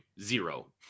zero